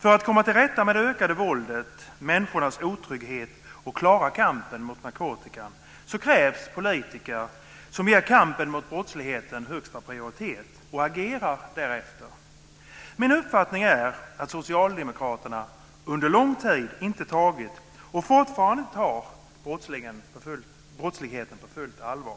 För att komma till rätta med det ökade våldet, och människornas otrygghet och för att klara kampen mot narkotikan krävs politiker som ger kampen mot brottsligheten högsta prioritet och agerar därefter. Min uppfattning är att Socialdemokraterna under lång tid inte tagit och fortfarande inte tar brottsligheten på fullt allvar.